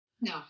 No